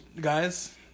guys